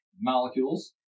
molecules